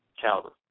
caliber